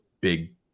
big